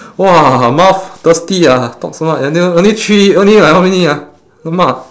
!wah! mouth thirsty ah talk so much and then only three only like how many ah !alamak!